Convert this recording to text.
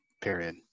Period